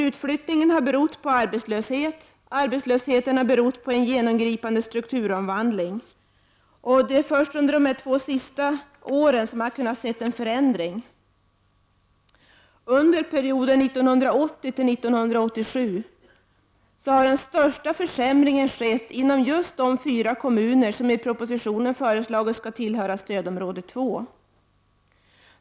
Utflytt ningen har berott på arbetslöshet, och den i sin tur har förorsakats av en genomgripande strukturomvandling. Det är först under de senaste två tre åren som man har kunnat märka en förändring. Under perioden 1980-1987 har den kraftigaste försämringen skett inom de fyra kommuner som man i propositionen föreslagit skall tillhöra stödområde 2.